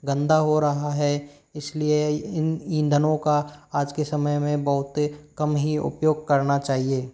गंदा हो रहा है इसलिए इन ईंधनों का आज के समय में बहुत कम ही उपयोग करना चाहिए